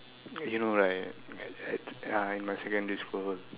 you know right I I I in my secondary school